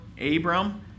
Abram